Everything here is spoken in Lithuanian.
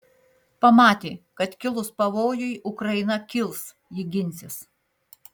pamatė kad kilus pavojui ukraina kils ji ginsis